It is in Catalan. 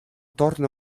torna